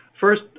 First